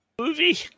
movie